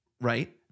Right